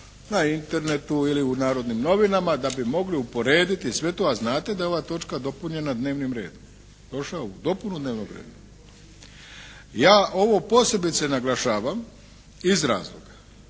na Internetu ili u "Narodnim novinama" da bi mogli uporediti sve to, a znate da je ova točka dopunjena dnevnim redom. Došao u dopunu dnevnog reda. Ja ovo posebice naglašavam iz razloga